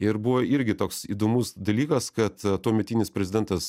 ir buvo irgi toks įdomus dalykas kad tuometinis prezidentas